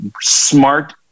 smart